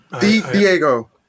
Diego